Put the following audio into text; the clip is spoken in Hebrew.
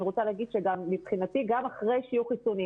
רוצה להגיד שמבחינתי גם אחרי שיהיו חיסונים,